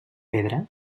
pedra